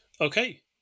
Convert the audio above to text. Okay